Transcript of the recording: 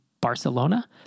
Barcelona